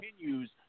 continues